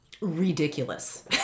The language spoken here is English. ridiculous